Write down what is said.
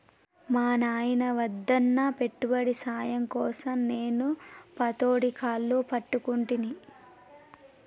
మా నాయిన వద్దన్నా పెట్టుబడి సాయం కోసం నేను పతోడి కాళ్లు పట్టుకుంటిని